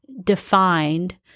defined